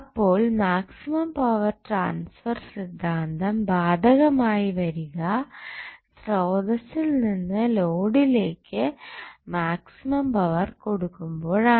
അപ്പോൾ maximum power transfer സിദ്ധാന്തം ബാധകമായി വരുക സ്രോതസ്സിൽ നിന്ന് നോഡിലേക്ക് മാക്സിമം പവർ കൊടുക്കുമ്പോഴാണ്